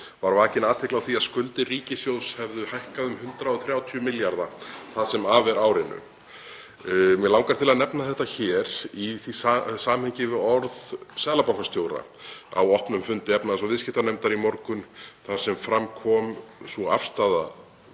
var vakin athygli á því að skuldir ríkissjóðs hefðu hækkað um 130 milljarða það sem af er árinu. Mig langar til að nefna þetta hér í samhengi við orð seðlabankastjóra á opnum fundi efnahags- og viðskiptanefndar í morgun þar sem fram kom sú afstaða